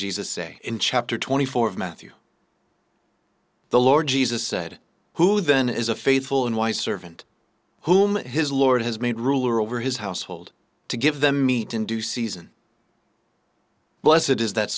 jesus say in chapter twenty four of matthew the lord jesus said who then is a faithful and why servant whom his lord has made ruler over his household to give them meat in due season but as it is that